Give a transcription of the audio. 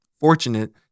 fortunate